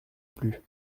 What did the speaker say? plus